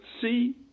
see